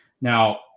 Now